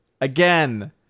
Again